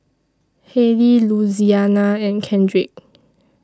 Hailey Louisiana and Kendrick